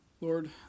Lord